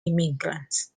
immigrants